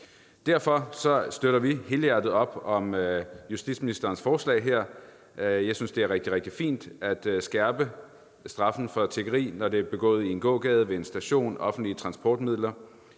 Derfor støtter vi helhjertet op om justitsministerens forslag her. Jeg synes, at det er rigtig, rigtig fint at skærpe straffen for tiggeri, når det er begået i en gågade, ved en station, offentlige transportmidler,